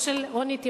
או של רונית תירוש.